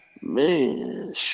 Man